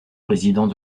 président